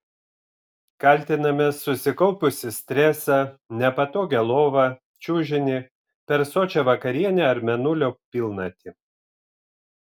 kaltiname susikaupusį stresą nepatogią lovą čiužinį per sočią vakarienę ar mėnulio pilnatį